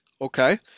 okay